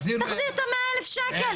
תחזיר את ה- 100,000 ₪.